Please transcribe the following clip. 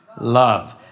love